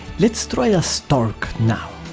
let's try a stork now.